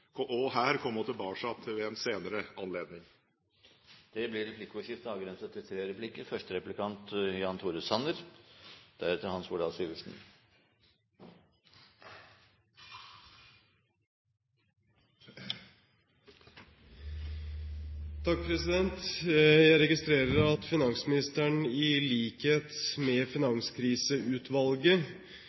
også her å komme tilbake ved en senere anledning. Det blir replikkordskifte. Jeg registrerer at finansministeren, i likhet med Finanskriseutvalget,